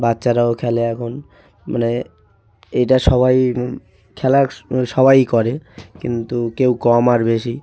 বাচ্চারাও খেলে এখন মানে এটা সবাই খেলা সবাই করে কিন্তু কেউ কম আর বেশি